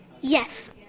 Yes